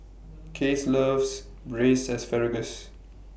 Case loves Braised Asparagus